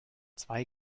zwei